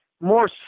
more